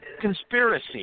conspiracy